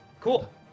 cool